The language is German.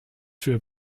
für